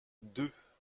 deux